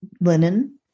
linen